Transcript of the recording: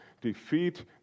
defeat